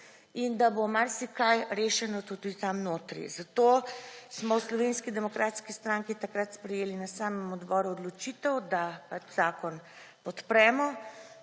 in da bo marsikaj rešeno tudi tam notri, zato smo v Slovenski demokratski stranki takrat sprejeli na samem odboru odločitev, da zakon podpremo.